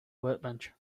workbench